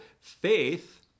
faith